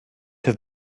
have